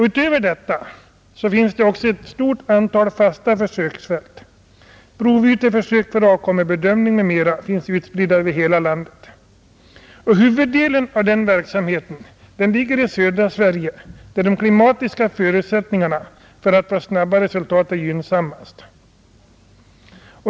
Utöver detta finns också ett stort antal fasta försöksfält och provyteförsök för avkommeprövning m.m. utspridda över hela landet. Huvuddelen av verksamheten ligger i södra Sverige, där de klimatiska förutsättningarna för att få snabba resultat är gynnsammast.